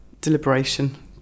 deliberation